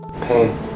Pain